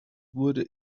wurde